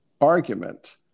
argument